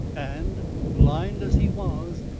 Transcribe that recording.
and, blind as he was,